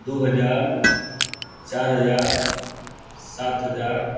दू हजार चारि हजार सात हजार